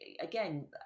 again